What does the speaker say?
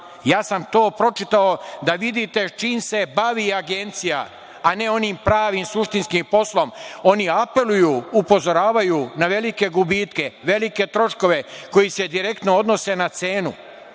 ja sam to pročitao da vidite čime se bavi Agencija, a ne onim pravim, suštinskim poslom. Oni apeluju, upozoravaju na velike gubitke, velike troškove koji se direktno odnose na cenu.